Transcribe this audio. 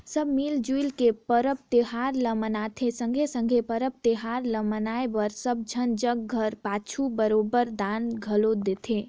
सब मिल जुइल के परब तिहार ल मनाथें संघे संघे परब तिहार ल मनाए बर सब झन जग घर पाछू बरोबेर दान घलो लेथें